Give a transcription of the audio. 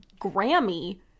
Grammy